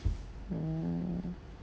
mm